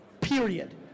Period